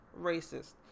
racist